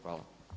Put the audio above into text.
Hvala.